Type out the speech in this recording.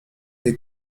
des